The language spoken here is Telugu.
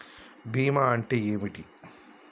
బీమా అంటే ఏమిటి?